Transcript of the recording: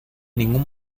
ningún